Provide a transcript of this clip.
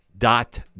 Dot